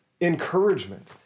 encouragement